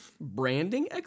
branding